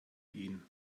ihn